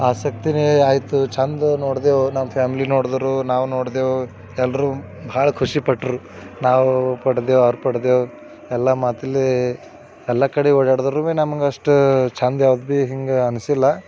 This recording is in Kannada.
ಆಸಕ್ತಿಯೇ ಆಯಿತು ಚೆಂದ ನೋಡಿದೆವು ನಮ್ಮ ಫ್ಯಾಮ್ಲಿ ನೋಡಿದ್ರು ನಾವು ನೋಡಿದ್ವು ಎಲ್ಲರು ಭಾಳ ಖುಷಿಪಟ್ಟರು ನಾವು ಪಡೆದೆವು ಅವರು ಪಡೆದವು ಎಲ್ಲ ಮೊದಲೇ ಎಲ್ಲ ಕಡೆ ಓಡಾಡಿದ್ರೂ ನಮಗೆ ಅಷ್ಟು ಚೆಂದ ಯಾವ್ದು ಭೀ ಹಿಂಗೆ ಅನ್ನಿಸಿಲ್ಲ